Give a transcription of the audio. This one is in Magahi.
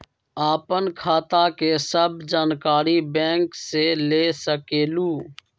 आपन खाता के सब जानकारी बैंक से ले सकेलु?